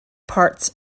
parts